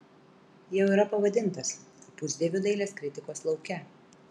jau yra pavadintas pusdieviu dailės kritikos lauke